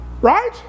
right